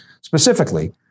Specifically